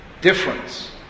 Difference